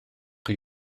chi